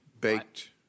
Baked